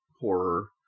horror